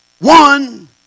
One